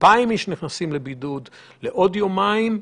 2,000 אנשים נכנסים לבידוד לעוד יומיים,